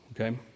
Okay